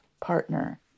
partner